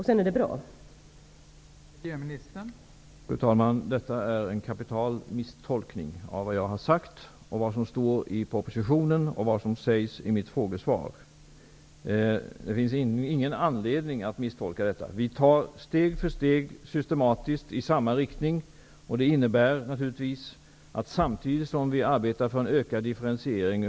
Sedan är det bra med det.